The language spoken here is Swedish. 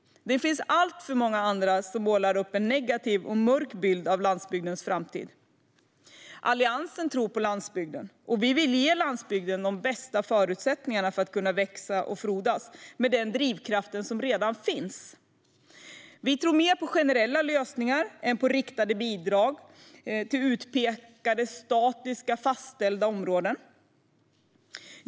Det finns alltför många andra som målar upp en negativ och mörk bild av landsbygdens framtid. Alliansen tror på landsbygden, och vi vill ge landsbygden de bästa förutsättningarna för att växa och frodas med den drivkraft som redan finns. Vi tror mer på generella lösningar än på riktade bidrag till utpekade statiska och fastställda områden.